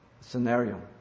Scenario